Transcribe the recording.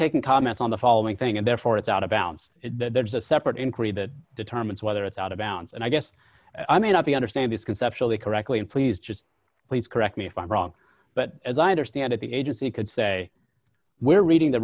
taking comments on the following thing and therefore it's out of bounds that there's a separate inquiry that determines whether it's out of bounds and i guess i may not be understand this conceptually correctly and please just please correct me if i'm wrong but as i understand it the agency could say we're reading the